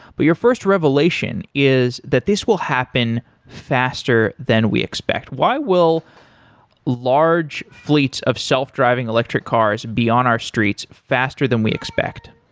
but your first revelation is that this will happen faster than we expect. why will large fleets of self-driving electric cars be on our streets faster than we expect?